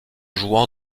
jouant